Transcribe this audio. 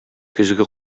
көзге